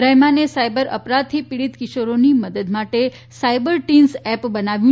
રહેમાને cyber અપરાધથી પિડિત કિશોરોની મદદ માટે સાયબર ટીન્સ એપ બનાવ્યું છે